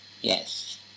Yes